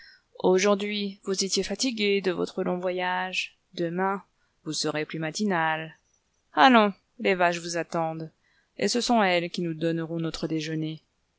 aujourd'hui vous étiez fatiguée de votre long voyage demain vous serez plus matinale allons les fâches nous attendent et ce sont elles qui nous donneront notre déjeuner